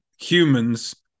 humans